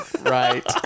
Right